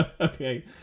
okay